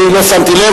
אני לא שמתי לב,